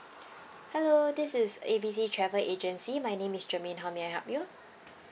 hello this is A B C travel agency my name is germaine how may help you